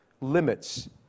limits